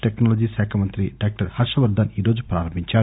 technology శాఖ మంత్రి doctor Harshvardhan ఈ రోజు ప్రారంభించారు